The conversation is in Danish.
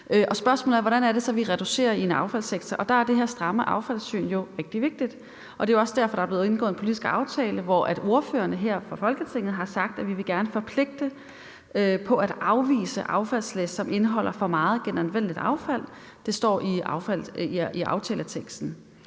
vi så reducerer i affaldssektoren, og der er det her stramme affaldssyn jo rigtig vigtigt. Det er jo også derfor, der er blevet indgået en politisk aftale, hvor ordførerne her i Folketinget har sagt, at de gerne vil forpligte sig på at afvise affaldslæs, som indeholder for meget genanvendeligt affald. Det står i aftaleteksten.